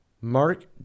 Mark